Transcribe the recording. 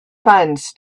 funds